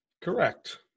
Correct